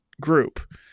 group